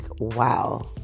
wow